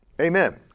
Amen